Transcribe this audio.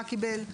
מה קיבל,